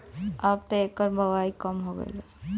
अबत एकर बओई कम हो गईल बा